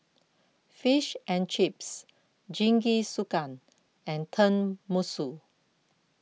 Fish and Chips Jingisukan and Tenmusu